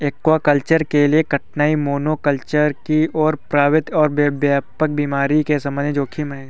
aquaculture के लिए कठिनाई मोनोकल्चर की ओर प्रवृत्ति और व्यापक बीमारी के संबंधित जोखिम है